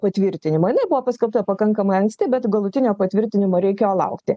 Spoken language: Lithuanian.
patvirtinimo jinai buvo paskelbta pakankamai anksti bet galutinio patvirtinimo reikėjo laukti